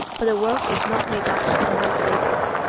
but the world is not made up of mind readers.